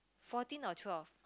fourteen or twelve